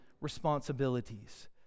responsibilities